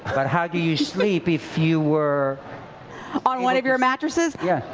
but how do you sleep if you were on one of your mattresses? yes.